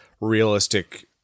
realistic